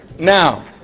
Now